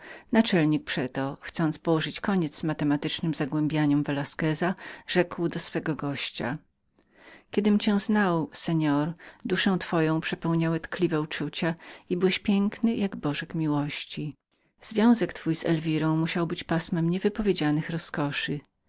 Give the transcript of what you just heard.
naczelnik przeto chcąc położyć koniec matematycznym zagłębianiom velasqueza rzekł do swego gościa kiedym cię znał seor byłeś piękny jak anioł i tkliwy jak młoda dziewczyna związek twój z elwirą musiał być pasmem niewypowiedzianych rozkoszy